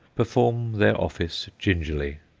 perform their office gingerly.